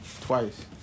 twice